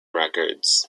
records